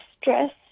stress